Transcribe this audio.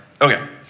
Okay